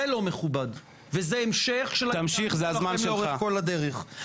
זה לא מכובד וזה המשך של ההתנהלות שלכם לאורך כל הדרך.